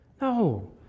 No